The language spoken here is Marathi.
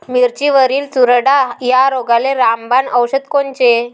मिरचीवरील चुरडा या रोगाले रामबाण औषध कोनचे?